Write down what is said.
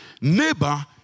Neighbor